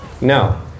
no